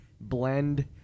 blend